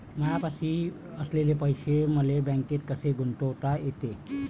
मायापाशी असलेले पैसे मले बँकेत कसे गुंतोता येते?